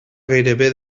gairebé